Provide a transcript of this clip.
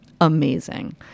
amazing